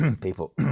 people